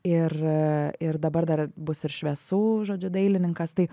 ir ir dabar dar bus ir šviesų žodžiu dailininkas tai